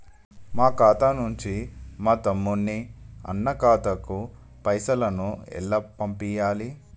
మా ఖాతా నుంచి మా తమ్ముని, అన్న ఖాతాకు పైసలను ఎలా పంపియ్యాలి?